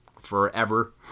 forever